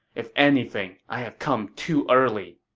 if anything, i have come too early.